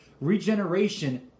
Regeneration